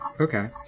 Okay